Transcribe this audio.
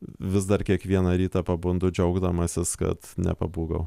vis dar kiekvieną rytą pabundu džiaugdamasis kad nepabūgau